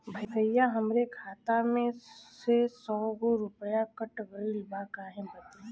भईया हमरे खाता मे से सौ गो रूपया कट गइल बा काहे बदे?